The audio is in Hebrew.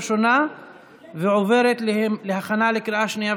של עובד הוראה לשם הגנה על קטין או חסר ישע (תיקוני חקיקה),